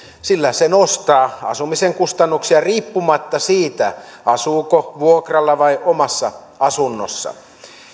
sillä se nostaa asumisen kustannuksia riippumatta siitä asuuko vuokralla vai omassa asunnossa